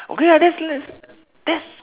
okay ah that's that's that's